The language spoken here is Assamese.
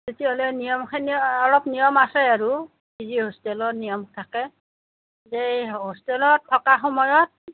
তেতিয়াহ'লে নিয়মখিনি অলপ নিয়ম আছে আৰু পি জি হোষ্টেলৰ নিয়ম থাকে সেই হোষ্টেলত থকা সময়ত